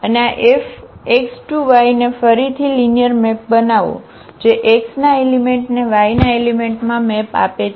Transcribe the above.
અને આ FX→Y ને ફરીથી લિનિયર મેપ બનાવો જે X ના એલિમેંટને Y ના એલિમેંટમાં મેપ આપે છે